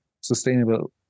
sustainable